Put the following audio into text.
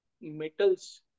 metals